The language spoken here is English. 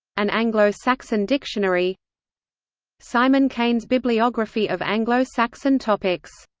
an anglo-saxon dictionary simon keynes' bibliography of anglo-saxon topics